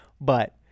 but-